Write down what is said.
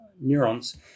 neurons